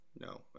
no